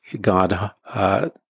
God